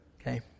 Okay